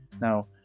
Now